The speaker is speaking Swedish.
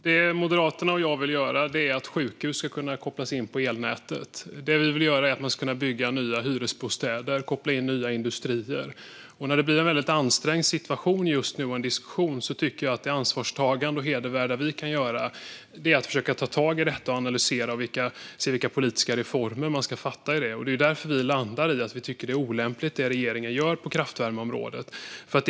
Fru talman! Det Moderaterna och jag vill är att sjukhus ska kunna kopplas in på elnätet. Vi vill att man ska kunna bygga nya hyresbostäder och koppla in nya industrier. När det nu blir en väldigt ansträngd situation och diskussion tycker jag att det ansvarstagande och hedervärda vi kan göra är att försöka ta tag i detta och analysera vilka politiska reformer man ska genomföra. Det är därför vi landar i att vi tycker att det regeringen gör på kraftvärmeområdet är olämpligt.